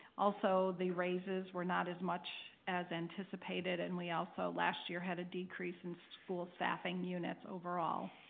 also, the raises were not as much as anticipated and we also last year had a decrease in school staffing units overall.